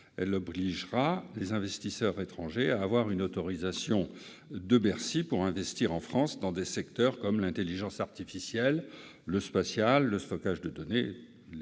elle obligera les investisseurs étrangers à obtenir une autorisation de Bercy pour investir en France dans des secteurs comme l'intelligence artificielle, le domaine spatial, le stockage de données, les